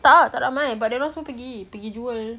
tak tak ramai but dorang semua pergi pergi jewel